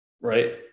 right